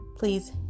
Please